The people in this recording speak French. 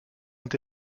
ont